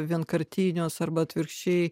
vienkartiniuose arba atvirkščiai